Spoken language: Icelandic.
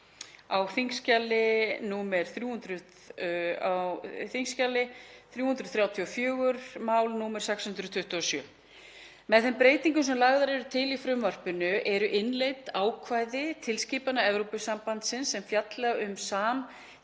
á þskj. 924, 627. mál. Með þeim breytingum sem lagðar eru til í frumvarpinu eru innleidd ákvæði tilskipana Evrópusambandsins sem fjalla um